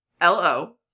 L-O